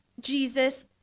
Jesus